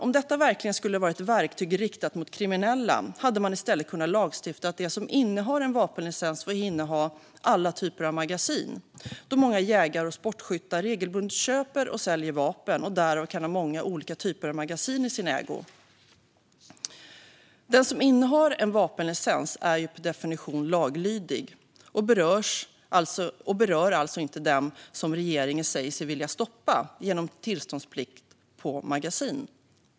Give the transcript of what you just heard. Om detta verkligen skulle vara ett verktyg riktat mot kriminella hade man i stället kunnat lagstifta så att de som innehar en vapenlicens får inneha alla typer av magasin, då många jägare och sportskyttar regelbundet köper och säljer vapen och därför kan ha många olika typer av magasin i sin ägo. Den som innehar en vapenlicens är ju per definition laglydig och hör alltså inte till dem som regeringen säger sig vilja stoppa genom tillståndsplikt för magasin.